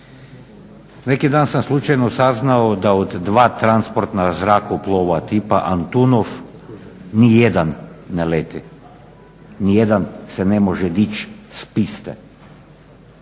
Neki dan sam slučajno saznao da od dva transportna zrakoplova tipa Antunov nijedan ne leti, nijedan se ne može dići s piste.